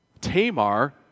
Tamar